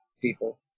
people